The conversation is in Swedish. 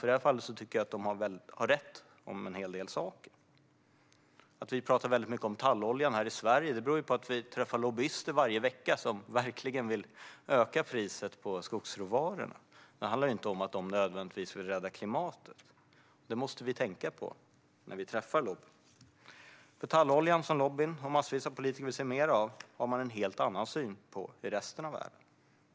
I detta fall tycker jag att den har rätt om en hel del saker. Att vi pratar väldigt mycket om talloljan i Sverige beror på att vi träffar lobbyister varje vecka som vill öka priset på skogsråvaror. Det handlar inte om att de nödvändigtvis vill rädda klimatet. Det måste vi tänka på när vi träffar dem. Talloljan, som lobbyister och massvis av politiker vill se mer av, har man en helt annan syn på i resten av världen.